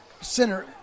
center